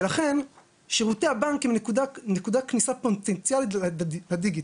ולכן שירותי הבנק הם נקודת כניסה פוטנציאלית לדיגיטל.